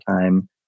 time